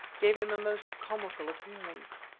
gave him a most comical appearance.